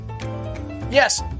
Yes